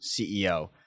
CEO